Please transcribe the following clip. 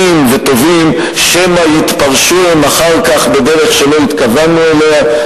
וטובים שמא יתפרשו הם אחר כך בדרך שלא התכוונו אליה.